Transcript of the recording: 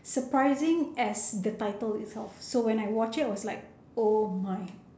surprising as the title itself so when I watched it I was like oh my